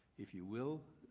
if you will,